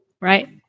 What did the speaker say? right